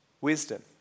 wisdom